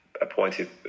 appointed